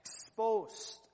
exposed